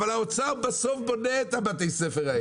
אבל האוצר בסוף בונה את בתי הספר האלה.